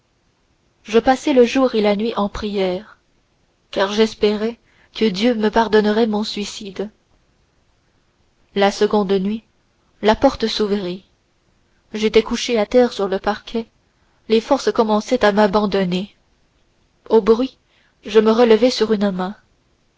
je passai le jour et la nuit en prière car j'espérais que dieu me pardonnerait mon suicide la seconde nuit la porte s'ouvrit j'étais couchée à terre sur le parquet les forces commençaient à m'abandonner au bruit je me relevai sur une main